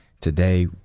today